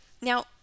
Now